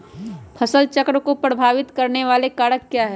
फसल चक्र को प्रभावित करने वाले कारक क्या है?